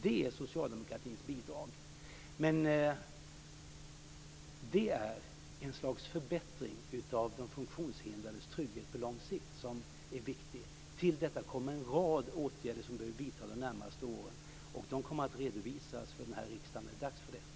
Det är socialdemokratins bidrag. Detta är ett slags förbättring av de funktionshindrades trygghet på lång sikt som är viktig. Till det kommer en rad åtgärder som behöver vidtas de närmaste åren, och de kommer att redovisas för den här riksdagen när det blir dags för det.